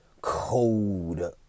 code